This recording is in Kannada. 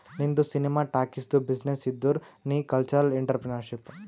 ನಿಂದು ಸಿನಿಮಾ ಟಾಕೀಸ್ದು ಬಿಸಿನ್ನೆಸ್ ಇದ್ದುರ್ ನೀ ಕಲ್ಚರಲ್ ಇಂಟ್ರಪ್ರಿನರ್ಶಿಪ್